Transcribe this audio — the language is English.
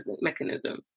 mechanism